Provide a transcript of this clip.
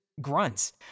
grunts